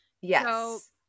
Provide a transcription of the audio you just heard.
Yes